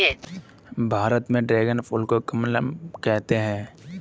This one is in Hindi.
भारत में ड्रेगन फल को कमलम कहते है